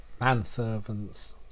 manservants